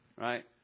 right